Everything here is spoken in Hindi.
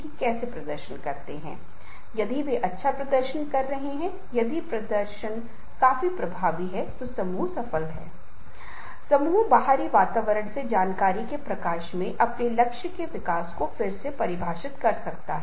तो सिर्फ ऊर्जा दे रहा है ऊर्जा विभिन्न अन्य साधनों द्वारा दी जा सकती है लेकिन आप कभी कभी बात करते हुए आप जानते हैं कि नेता लोग जा रहे हैं हमारी सेना के बलों में सीमा पर जा रहे हैं और उन्हें अपने प्रेरक भाषण के माध्यम से कैसे प्रेरित कर रहे हैं